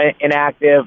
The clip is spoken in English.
inactive